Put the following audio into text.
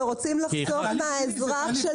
ורוצים לחסוך מהאזרח,